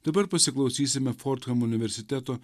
dabar pasiklausysime fordham universiteto